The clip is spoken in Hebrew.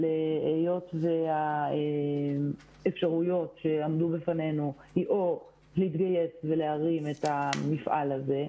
אבל היות והאפשרויות שעמדו בפנינו היו להתגייס ולהרים את המפעל הזה,